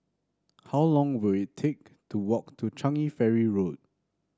how long will it take to walk to Changi Ferry Road